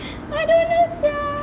I don't know sia